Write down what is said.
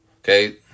Okay